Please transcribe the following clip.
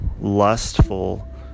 lustful